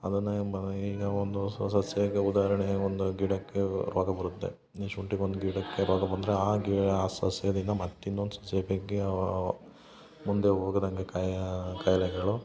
ಅದನ್ನ ಎಂಬ ಈಗ ಒಂದು ಸಸ್ಯಕ್ಕೆ ಉದಾಹರಣೆ ಒಂದು ಗಿಡಕ್ಕೆ ರೋಗ ಬರುತ್ತೆ ನಿ ಶುಂಟಿಗೊಂದು ಗಿಡಕ್ಕೆ ರೋಗ ಬಂದರೆ ಆ ಗಿ ಆ ಸಸ್ಯದಿಂದ ಮತ್ತು ಇನ್ನೊಂದು ಸಸ್ಯಗೆ ಮುಂದೆ ಹೋಗ್ದಂಗೆ ಕಾಯಾ ಕಾಯಿಲೆಗಳು